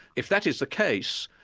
if that is the case,